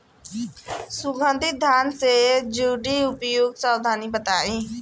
सुगंधित धान से जुड़ी उपयुक्त सावधानी बताई?